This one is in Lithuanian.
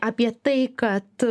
apie tai kad